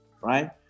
right